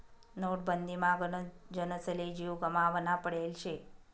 नोटबंदीमा गनच जनसले जीव गमावना पडेल शे